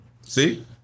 See